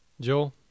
Joel